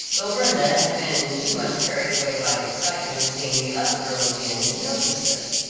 though brenda had been too much carried away by the excitement of seeing the other girls again to notice this.